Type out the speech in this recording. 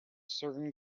certain